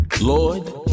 Lord